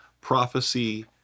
prophecy